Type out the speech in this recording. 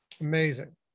Amazing